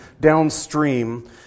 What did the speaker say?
downstream